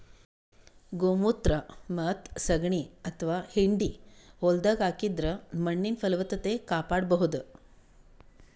ಗೋಮೂತ್ರ ಮತ್ತ್ ಸಗಣಿ ಅಥವಾ ಹೆಂಡಿ ಹೊಲ್ದಾಗ ಹಾಕಿದ್ರ ಮಣ್ಣಿನ್ ಫಲವತ್ತತೆ ಕಾಪಾಡಬಹುದ್